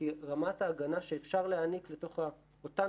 כי רמת ההגנה שאפשר להעניק לתוך אותן